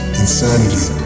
insanity